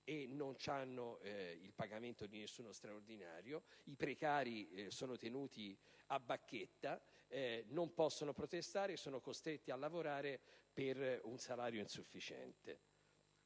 Non viene pagato loro alcun straordinario; i precari sono tenuti a bacchetta, non possono protestare e sono costretti a lavorare per un salario insufficiente.